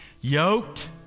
yoked